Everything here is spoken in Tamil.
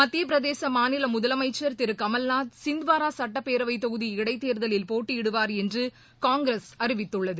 மத்தியப்பிரதேச மாநில முதலமைச்சர் திரு கமல்நாத் சிந்த்வாரா சட்டப்பேரவை தொகுதி இடைத்தேர்தலில் போட்டியிடுவார் என்று காங்கிரஸ் அறிவித்துள்ளது